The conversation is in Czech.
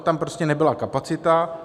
Tam prostě nebyla kapacita.